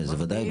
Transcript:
זה ודאי לא.